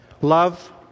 Love